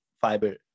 fiber